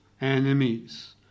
enemies